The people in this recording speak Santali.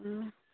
ᱦᱮᱸ